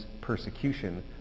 persecution